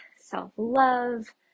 self-love